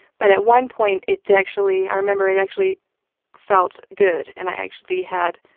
but at one point, it actually, i remember it actually felt good and i actually had,